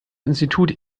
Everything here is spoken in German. institut